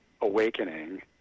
awakening